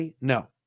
No